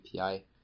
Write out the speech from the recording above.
API